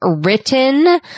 written